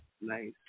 nice